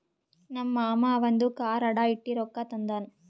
ನಮ್ ಮಾಮಾ ಅವಂದು ಕಾರ್ ಅಡಾ ಇಟ್ಟಿ ರೊಕ್ಕಾ ತಂದಾನ್